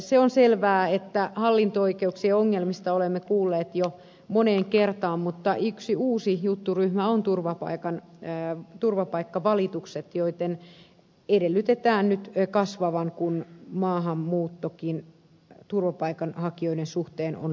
se on selvää että hallinto oikeuksien ongelmista olemme kuulleet jo moneen kertaan mutta yksi uusi jutturyhmä on turvapaikkavalitukset joitten edellytetään nyt kasvavan kun maahanmuuttokin turvapaikanhakijoiden suhteen on lisääntynyt